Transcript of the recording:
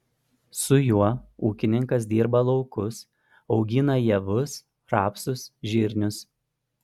su juo ūkininkas dirba laukus augina javus rapsus žirnius